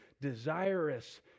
desirous